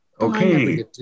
Okay